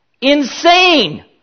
Insane